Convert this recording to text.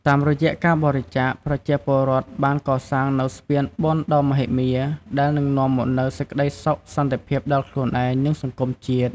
តាមរយៈការបរិច្ចាគ ប្រជាពលរដ្ឋបានកសាងនូវស្ពានបុណ្យដ៏មហិមា ដែលនឹងនាំមកនូវសេចក្តីសុខសន្តិភាពដល់ខ្លួនឯង និងសង្គមជាតិ។